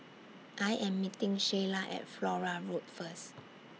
I Am meeting Sheyla At Flora Road First